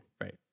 right